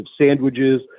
sandwiches